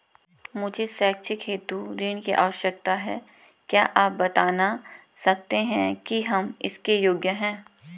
मुझे शैक्षिक हेतु ऋण की आवश्यकता है क्या आप बताना सकते हैं कि हम इसके योग्य हैं?